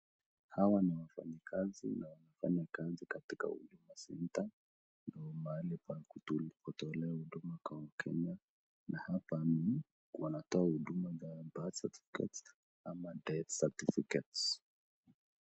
Hawa ni wafanyikazi na wanafanya kazi katika huduma center , mahali pa kutolea huduma kwa wakenya, na hapa watoa huduma ambazo ni kama death certificates .